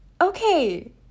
okay